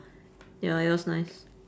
ya it was nice